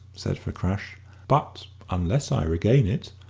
said fakrash but unless i regain it,